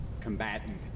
combatant